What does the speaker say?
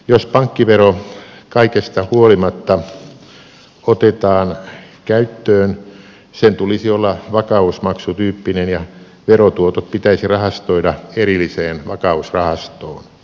jos pankkivero kaikesta huolimatta otetaan käyttöön sen tulisi olla vakausmaksutyyppinen ja verotuotot pitäisi rahastoida erilliseen vakausrahastoon